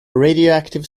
radioactive